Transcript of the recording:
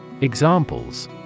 Examples